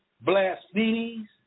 blasphemies